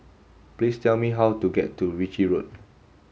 please tell me how to get to Ritchie Road